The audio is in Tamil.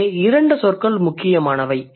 இங்கே இரண்டு சொற்கள் முக்கியமானவை